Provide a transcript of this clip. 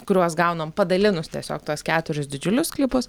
kuriuos gaunam padalinus tiesiog tuos keturis didžiulius sklypus